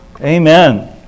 Amen